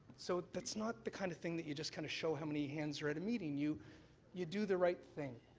so that's not the kind of thing that you just kind of show how many hands are at a meeting. you you do the right thing.